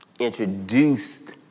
introduced